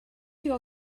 your